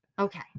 Okay